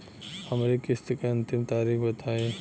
हमरे किस्त क अंतिम तारीख बताईं?